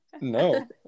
no